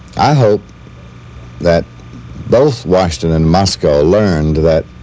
i hope that both washington and moscow learned that